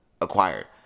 acquired